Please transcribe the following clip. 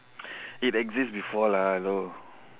it exist before lah hello